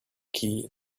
key